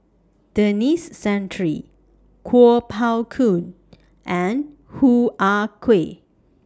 Denis Santry Kuo Pao Kun and Hoo Ah Kay